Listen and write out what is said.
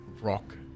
rock